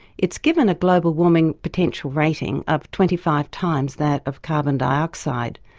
it's given a global warming potential rating of twenty five times that of carbon dioxide,